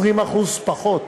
20% פחות.